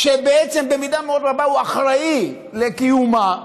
שבמידה מאוד רבה הוא אחראי לקיומה,